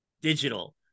digital